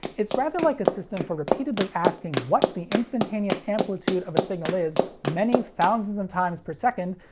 it's rather like a system for repeatedly asking what the instantaneous amplitude of a signal is many thousands of times per second,